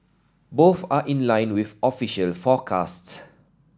both are in line with official forecasts